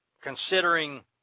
considering